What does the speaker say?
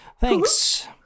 Thanks